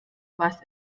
was